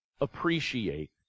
appreciate